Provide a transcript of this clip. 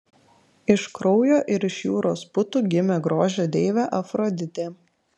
iš kraujo ir iš jūros putų gimė grožio deivė afroditė